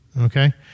Okay